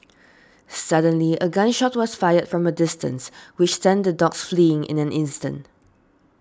suddenly a gun shot was fired from a distance which sent the dogs fleeing in an instant